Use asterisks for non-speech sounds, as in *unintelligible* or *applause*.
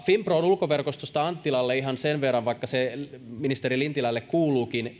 finpron ulkoverkostosta anttilalle ihan sen verran vaikka se ministeri lintilälle kuuluukin *unintelligible*